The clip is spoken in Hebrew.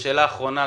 שאלה אחרונה,